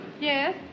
Yes